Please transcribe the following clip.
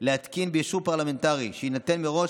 להתקין, באישור פרלמנטרי שיינתן מראש,